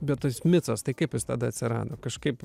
bet tas micas tai kaip jis tada atsirado kažkaip